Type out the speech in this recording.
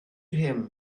him